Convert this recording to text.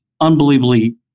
unbelievably